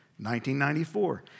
1994